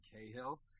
cahill